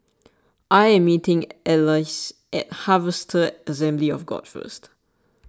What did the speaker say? I am meeting Alize at Harvester Assembly of God First